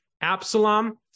Absalom